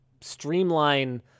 streamline